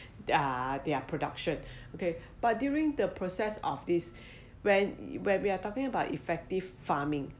uh their production okay but during the process of this when when we are talking about effective farming